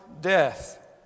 death